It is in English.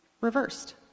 reversed